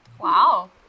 wow